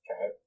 Okay